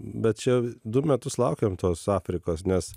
bet čia du metus laukėm tos afrikos nes